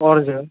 orange color